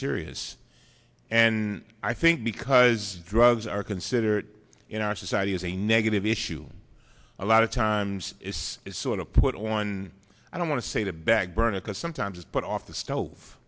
serious and i think because drugs are considered in our society as a negative issue a lot of times it's sort of put on i don't want to say the back burner because sometimes it's put off the stove